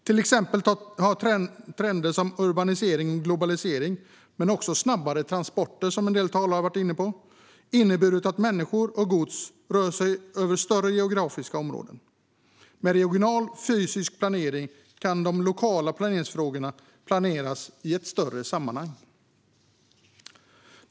Till exempel har trender som urbanisering och globalisering men också snabbare transporter, som en del talare varit inne på, inneburit att människor och gods rör sig över större geografiska områden. Med regional fysisk planering kan lokala planeringsfrågor behandlas i ett större sammanhang.